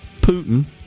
putin